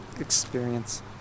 experience